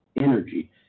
energy